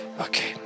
Okay